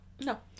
No